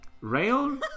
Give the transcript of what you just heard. Rail